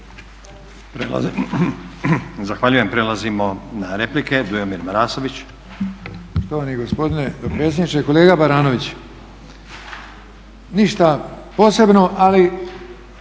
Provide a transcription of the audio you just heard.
Zahvaljujem. Prelazimo na replike.